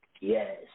yes